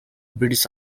british